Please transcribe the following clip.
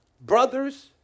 brothers